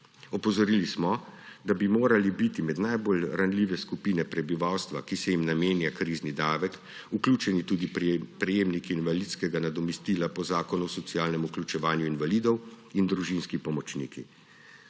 Opozorili smo, da bi morali biti med najbolj ranljive skupine prebivalstva, ki se jim namenja krizni davek, vključeni tudi prejemniki invalidskega nadomestila po Zakonu o socialnem vključevanju invalidov in družinski pomočniki.